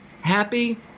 happy